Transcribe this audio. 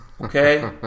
okay